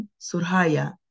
Surhaya